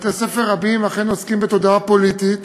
בתי-ספר רבים אכן עוסקים בתודעה פוליטית